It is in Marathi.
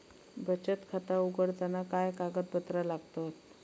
बचत खाता उघडताना काय कागदपत्रा लागतत?